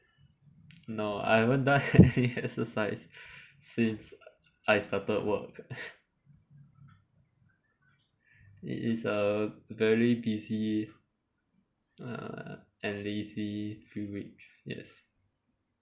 no I haven't done any exercise since I started work it is a very busy uh and lazy few weeks yes